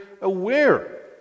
aware